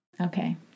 Okay